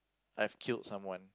I've killed someone